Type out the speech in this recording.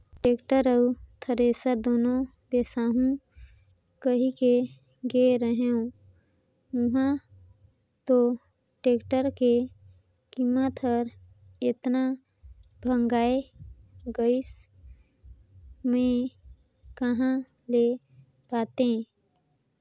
tractor अउ thresher दुनो बिसाहू कहिके गे रेहेंव उंहा तो टेक्टर के कीमत हर एतना भंगाए गइस में कहा ले पातें